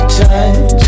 touch